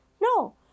No